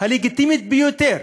הלגיטימית ביותר,